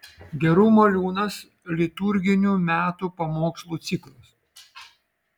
gerumo liūnas liturginių metų pamokslų ciklas